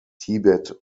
tibet